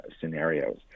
scenarios